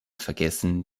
vergessen